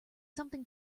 something